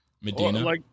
Medina